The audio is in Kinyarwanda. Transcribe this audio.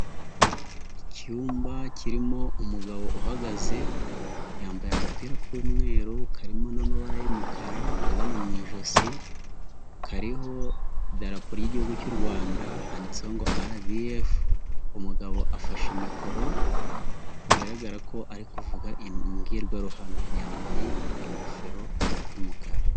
Icyumba kirimo umugabo uhagaze yambaye agapira k'umweru karimo n'amabara y'umukara ahagana mu ijosi, kariho Idarapo y'Igihugu cy'u Rwanda handitseho ngo RDF, umugabo afashe mikoro bigaragara ko ari kuvuga imbwirwaruhame, yambaye ingofero y'umukara.